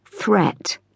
Threat